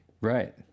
Right